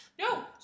No